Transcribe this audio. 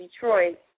Detroit